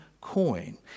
coin